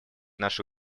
наши